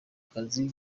kazi